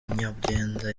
nyabyenda